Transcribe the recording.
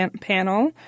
panel